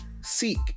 Seek